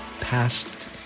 past